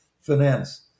finance